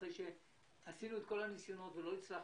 אחרי שעשינו את כל הניסיונות ולא הצלחנו,